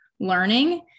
learning